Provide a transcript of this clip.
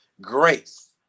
grace